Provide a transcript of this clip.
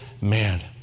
man